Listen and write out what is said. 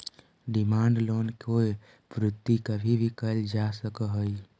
demand loan के पूर्ति कभी भी कैल जा सकऽ हई